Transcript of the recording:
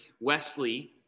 Wesley